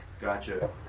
Gotcha